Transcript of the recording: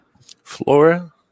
Flora